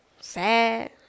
Sad